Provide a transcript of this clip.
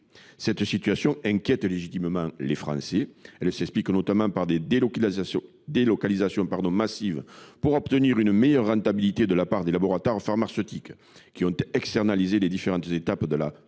Cette situation inquiète légitimement les Français. Elle s’explique notamment par des délocalisations massives opérées par les laboratoires pharmaceutiques, qui ont externalisé les différentes étapes de la